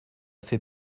fait